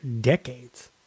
decades